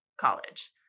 college